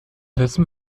westen